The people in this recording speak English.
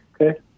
okay